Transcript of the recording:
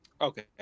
okay